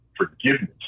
forgiveness